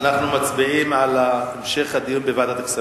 אנחנו מצביעים על המשך הדיון בוועדת הכספים.